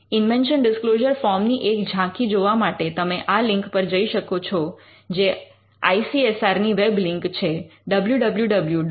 invention disclosure form ની એક ઝાંખી જોવા માટે તમે આ લિંક પર જઈ શકો છો જે આઇ સી ઍસ આર ની વેબ લિંક છે www